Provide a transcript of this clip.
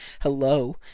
hello